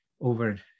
over